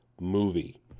movie